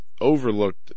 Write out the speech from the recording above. overlooked